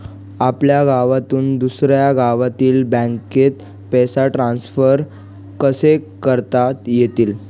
आपल्या गावातून दुसऱ्या गावातील बँकेत पैसे ट्रान्सफर कसे करता येतील?